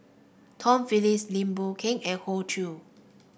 Tom Phillips Lim Boon Keng and Hoey Choo